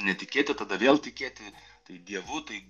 netikėti tada vėl tikėti dievu tai